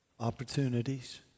opportunities